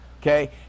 okay